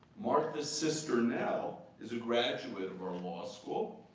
martha's sister, nell, is a graduate of our law school.